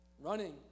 Running